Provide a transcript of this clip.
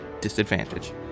disadvantage